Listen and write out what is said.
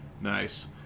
Nice